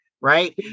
right